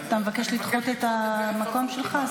אתה מבקש לדחות את המקום שלך?